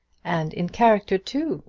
and in character, too.